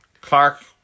Clark